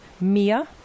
Mia